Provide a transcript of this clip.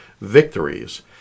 victories